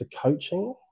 coaching